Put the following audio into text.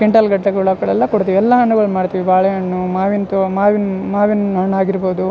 ಕ್ವಿನ್ಟಲ್ಗಟ್ಟಲೆ ಎಲ್ಲ ಕೊಡ್ತೀವಿ ಎಲ್ಲ ಹಣ್ಣುಗಳನ್ನ ಮಾರ್ತೀವಿ ಬಾಳೆಹಣ್ಣು ಮಾವಿನ ತೊ ಮಾವಿನ ಮಾವಿನ ಹಣ್ಣು ಆಗಿರ್ಬೋದು